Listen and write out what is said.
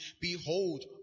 Behold